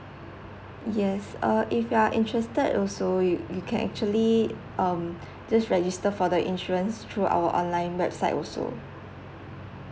yes uh if you are interested also you you can actually um just register for the insurance through our online website also